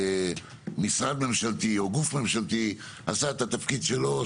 משרד ממשלתי או גוף ממשלתי עשה את התפקיד שלו,